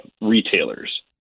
retailers